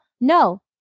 No